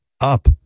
up